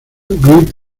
great